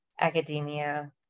academia